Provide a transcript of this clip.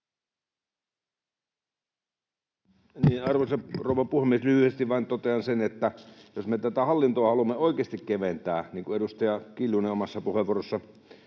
Arvoisa rouva puhemies! Lyhyesti vain totean sen, että jos me tätä hallintoa haluamme oikeasti keventää — niin kuin edustaja Kiljunen omassa puheenvuorossaan